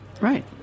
Right